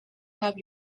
have